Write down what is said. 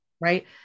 right